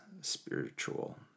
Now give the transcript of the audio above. spiritual